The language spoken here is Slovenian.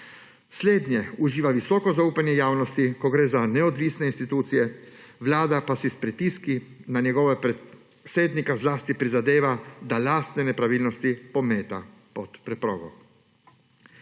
Slednje uživa visoko zaupanje javnosti, ko gre za neodvisne institucije, vlada pa si s pritiski na njegovega predsednika zlasti prizadeva, da lastne nepravilnosti pometa pod preprogo.